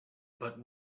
but